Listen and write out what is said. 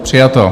Přijato.